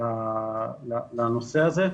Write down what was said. לנושא הזה.